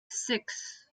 six